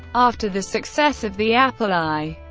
after the success of the apple i,